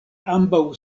ambaŭ